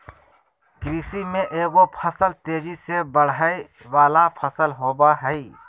कृषि में एगो फसल तेजी से बढ़य वला फसल होबय हइ